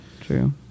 true